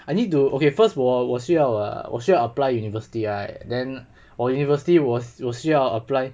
I need to okay first 我我需要 err 我需要 apply university right then 我 university 我我需要 apply